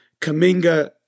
Kaminga